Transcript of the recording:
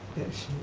is